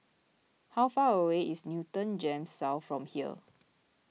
how far away is Newton Gems South from here